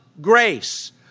grace